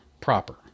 proper